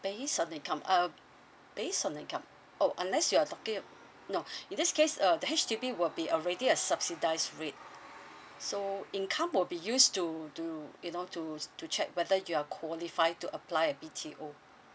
based on the income uh based on the income oh unless you are talking no in this case uh the H _D_B be will be already a subsidised rate so income will be used to do you know to to check whether you are qualified to apply a B_T_O